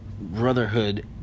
brotherhood